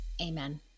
Amen